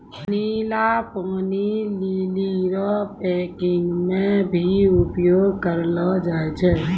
नीला पानी लीली रो पैकिंग मे भी उपयोग करलो जाय छै